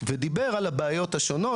ודיבר על הבעיות השונות,